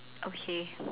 okay